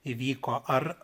įvyko ar